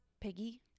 Piggy